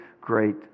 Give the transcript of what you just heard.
great